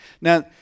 Now